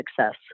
success